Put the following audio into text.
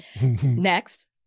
Next